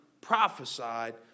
prophesied